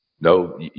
No